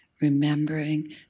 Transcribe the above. remembering